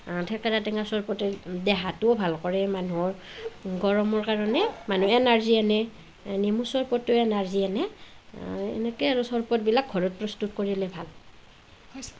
থেকেৰা টেঙাৰ চৰবতে দেহাটোও ভাল কৰে মানুহৰ গৰমৰ কাৰণে মানে এনাৰ্জী আনে নেমু চৰবতটোৱে এনাৰ্জী আনে এনেকৈ আৰু চৰবতবিলাক ঘৰত প্ৰস্তুত কৰিলে ভাল